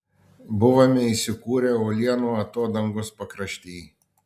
buvome įsikūrę uolienų atodangos pakrašty